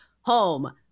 home